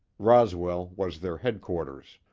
roswell was their headquarters.